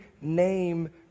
name